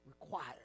required